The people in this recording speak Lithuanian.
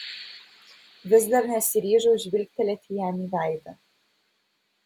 vis dar nesiryžau žvilgtelėti jam į veidą